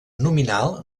nominal